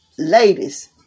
Ladies